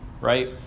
right